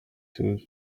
shoes